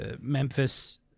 Memphis